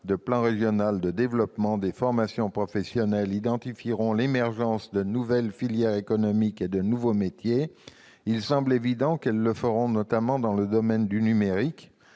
de plan régional de développement des formations professionnelles, identifieront l'émergence de nouvelles filières économiques et de nouveaux métiers, il semble évident qu'elles le feront notamment dans le domaine du numérique,